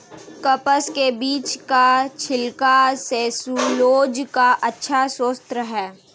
कपास के बीज का छिलका सैलूलोज का अच्छा स्रोत है